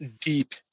deep